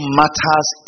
matters